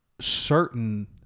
certain